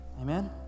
Amen